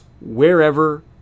wherever